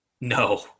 No